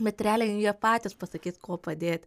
bet realiai jie patys pasakys ko padėti